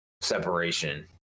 separation